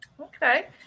Okay